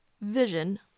vision